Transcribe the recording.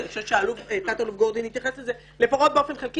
ואני חושבת שתת-אלוף גורדין התייחס לזה לפחות באופן חלקי